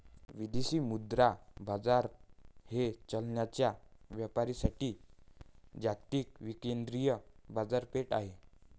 विदेशी मुद्रा बाजार हे चलनांच्या व्यापारासाठी जागतिक विकेंद्रित बाजारपेठ आहे